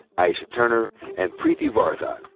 aisha turner, and preeti varathan.